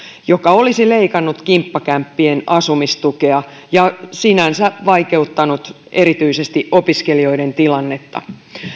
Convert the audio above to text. joka olisi leikannut kimppakämppien asumistukea ja sinänsä vaikeuttanut erityisesti opiskelijoiden tilannetta